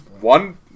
one